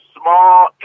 small